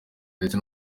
ndetse